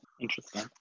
Interesting